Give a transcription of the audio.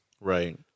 Right